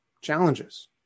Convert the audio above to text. challenges